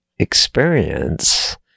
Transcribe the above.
experience